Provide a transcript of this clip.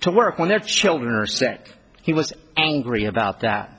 to work when their children are sick he was angry about that